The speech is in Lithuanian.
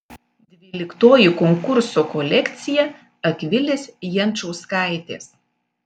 dvyliktoji konkurso kolekcija akvilės jančauskaitės